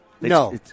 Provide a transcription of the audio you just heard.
No